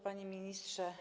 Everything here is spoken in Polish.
Panie Ministrze!